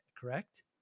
correct